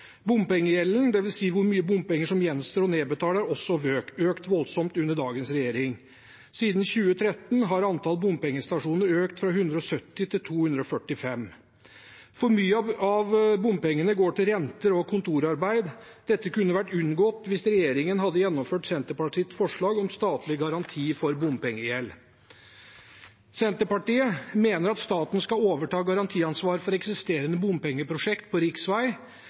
Bompengegjelden, dvs. hvor mye bompenger som gjenstår å nedbetale, har også økt voldsomt under dagens regjering. Siden 2013 har antall bompengestasjoner økt fra 170 til 245. For mye av bompengene går til renter og kontorarbeid. Dette kunne vært unngått hvis regjeringen hadde gjennomført Senterpartiets forslag om statlig garanti for bompengegjeld. Senterpartiet mener at staten skal overta garantiansvar for eksisterende bompengeprosjekt på